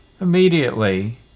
Immediately